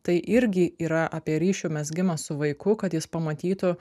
tai irgi yra apie ryšių mezgimą su vaiku kad jis pamatytų